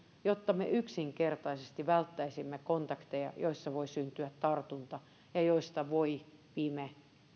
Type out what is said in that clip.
jotta me yksinkertaisesti välttäisimme kontakteja joissa voi syntyä tartunta ja joista voi viime